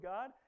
God